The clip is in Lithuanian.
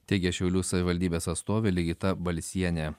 teigė šiaulių savivaldybės atstovė ligita balsienė